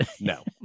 No